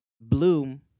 bloom